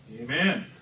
Amen